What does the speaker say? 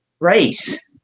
race